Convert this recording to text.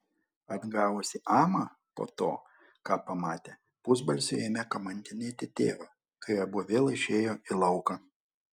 atgavusi amą po to ką pamatė pusbalsiu ėmė kamantinėti tėvą kai abu vėl išėjo į lauką